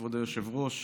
כבוד היושב-ראש,